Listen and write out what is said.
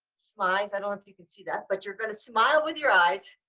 smeyes, i don't know if you can see that but you're gonna smile with your eyes.